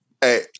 Hey